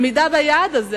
עמידה ביעד הזה,